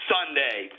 Sunday